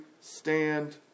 stand